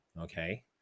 Okay